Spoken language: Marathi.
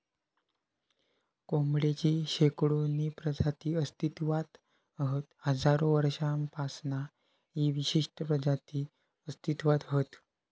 कोंबडेची शेकडोनी प्रजाती अस्तित्त्वात हत हजारो वर्षांपासना ही विशिष्ट प्रजाती अस्तित्त्वात हत